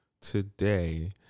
today